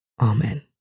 Amen